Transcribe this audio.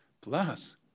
Plus